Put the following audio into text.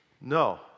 No